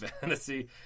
Fantasy